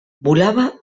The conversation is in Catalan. volava